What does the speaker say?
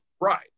Right